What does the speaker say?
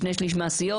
שני שליש מהסיעות,